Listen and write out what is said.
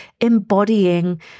embodying